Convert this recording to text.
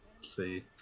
see